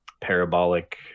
parabolic